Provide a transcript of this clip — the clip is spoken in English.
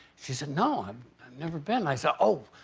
she said, no. um i've never been. and i said, oh,